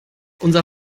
unser